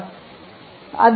ಆದ್ದರಿಂದ 6 ಆರ್